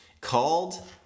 called